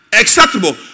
acceptable